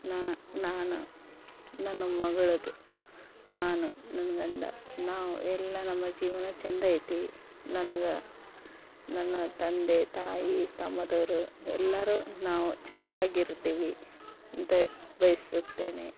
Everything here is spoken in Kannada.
ನಾ ನಾನು ನನ್ನ ಮಗಳಿಗೆ ನಾನು ನನ್ನ ಗಂಡ ನಾವು ಎಲ್ಲ ನಮ್ಮ ಜೀವನ ಚಂದೈತಿ ನನಗೆ ನನ್ನ ತಂದೆ ತಾಯಿ ತಮ್ಮದಿರು ಎಲ್ಲರೂ ನಾವು ಚಂದಾಗಿರ್ತೀವಿ ಅಂತ ಬಯಸುತ್ತೇನೆ